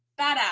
badass